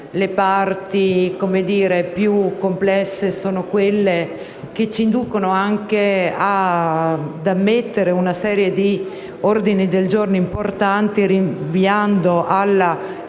Le parti più complesse sono quelle che ci inducono anche ad ammettere una serie di ordini del giorno importanti, rinviando alla scrittura del